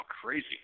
crazy